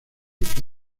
que